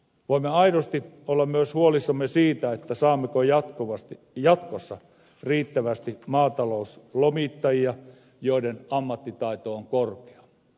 voimme aidosti olla myös huolissamme siitä saammeko jatkossa riittävästi maatalouslomittajia joiden ammattitaito on korkea